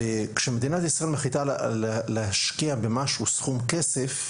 וכשמדינת ישראל מחליטה להשקיע במשהו סכום כסף,